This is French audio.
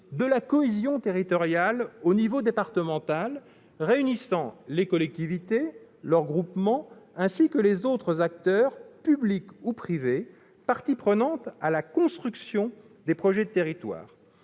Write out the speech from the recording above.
de la cohésion territoriale au niveau départemental, réunissant les collectivités, leurs groupements, ainsi que les autres acteurs publics ou privés parties prenantes à la construction des projets de territoires.